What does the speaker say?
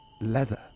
leather